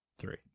Three